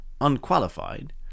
unqualified